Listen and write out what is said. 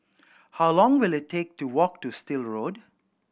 how long will it take to walk to Still Road